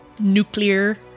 Nuclear